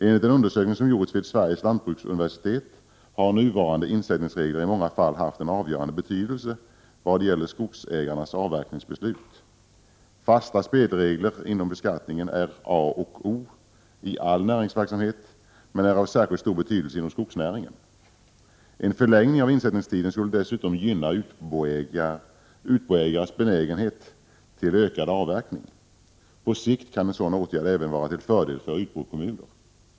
Enligt en undersökning som gjorts vid Sveriges lantbruksuniversitet har nuvarande insättningsregler i många fall haft en avgörande betydelse i vad gäller skogsägarnas avverkningsbeslut. Fasta spelregler inom beskattningen är A och O i all näringsverksamhet, men av särskilt stor betydelse inom skogsnäringen. En förlängning av insättningstiden skulle dessutom gynna utboägares benägenhet att öka avverkningen. På sikt kan en sådan åtgärd även vara till fördel för utbokommuner.